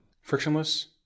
Frictionless